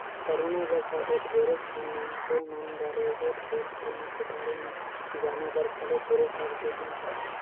corona जघा ले ढेरेच झन मइनसे मन बरोबर हेल्थ बीमा के बारे मे जानेबर घलो शुरू कर देहिन हें